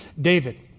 David